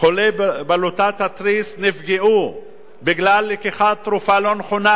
חולי בלוטת התריס נפגעו בגלל לקיחת תרופה לא נכונה,